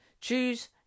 choose